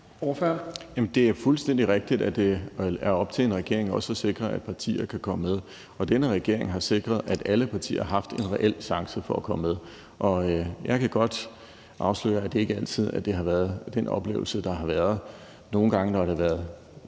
Det er fuldstændig rigtigt, at det også er op til en regering at sikre, at partier kan komme med. Denne regering har sikret, at alle partier har haft en reel chance for at komme med. Jeg kan godt afsløre, at det ikke er altid, at det har været den oplevelse, der har været. Nogle gange har det været